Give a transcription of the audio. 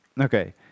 okay